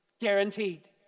Guaranteed